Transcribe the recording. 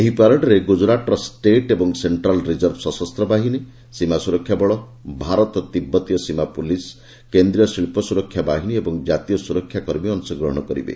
ଏହି ପ୍ୟାରେଡ୍ରେ ଗୁଜରାଟର ଷ୍ଟେଟ୍ ଏବଂ ସେକ୍ଟ୍ରାଲ୍ ରିକର୍ଭ ସଶସ୍ତ ବାହିନୀ ସୀମା ସୁରକ୍ଷାବଳ ଭାରତ ତିବ୍ଦତୀୟ ସୀମା ପୁଲିସ୍ କେନ୍ଦ୍ରୀୟ ଶିଳ୍ପ ସୁରକ୍ଷା ବାହିନୀ ଏବଂ ଜାତୀୟ ସୁରକ୍ଷା କର୍ମୀ ଅଂଶଗ୍ରହଣ କରିବେ